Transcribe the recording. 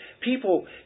People